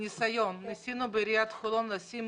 ניסינו בעיריית חולון לשים